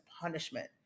punishment